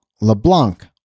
LeBlanc